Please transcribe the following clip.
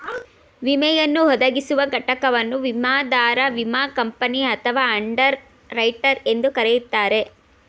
ವಿಮೆಯನ್ನು ಒದಗಿಸುವ ಘಟಕವನ್ನು ವಿಮಾದಾರ ವಿಮಾ ಕಂಪನಿ ಅಥವಾ ಅಂಡರ್ ರೈಟರ್ ಎಂದು ಕರೆಯುತ್ತಾರೆ